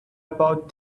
about